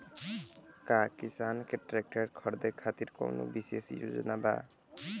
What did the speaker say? का किसान के ट्रैक्टर खरीदें खातिर कउनों विशेष योजना बा?